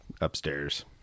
upstairs